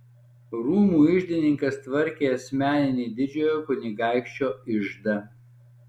rūmų iždininkas tvarkė asmeninį didžiojo kunigaikščio iždą